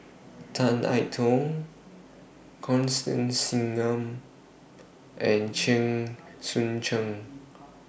Tan I Tong Constance Singam and Chen Sucheng